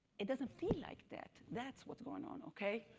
it doesn't feel like that. that's what's going on, okay?